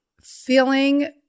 Feeling